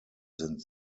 sind